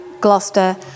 Gloucester